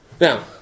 Now